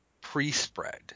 pre-spread